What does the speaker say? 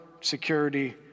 security